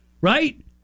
right